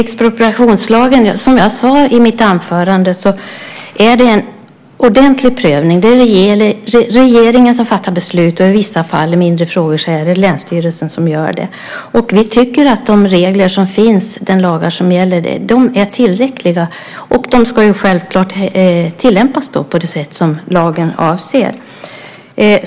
Herr talman! Som jag sade i mitt anförande är det en ordentlig prövning av expropriationslagen. Det är regeringen som fattar beslut, och i vissa fall i mindre frågor är det länsstyrelsen som gör det. Vi tycker att de regler som finns och de lagar som gäller är tillräckliga. De ska självklart tillämpas på det sätt lagen avser.